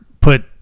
put